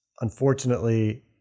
unfortunately